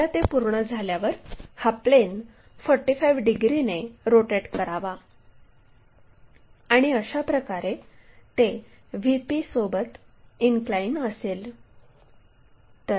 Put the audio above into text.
एकदा ते पूर्ण झाल्यावर हा प्लेन 45 डिग्रीने रोटेट करावा आणि अशाप्रकारे ते VP सोबत इनक्लाइन असेल